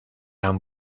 han